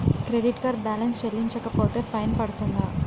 Credit card balance చెల్లించకపోతే fine పడ్తుంద?